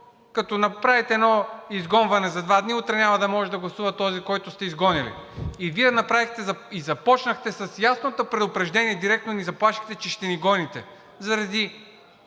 като направите едно изгонване за два дни, утре няма да може да гласува този, който сте изгонили. Вие започнахте с ясното предупреждение, директно ни заплашихте, че ще ни гоните заради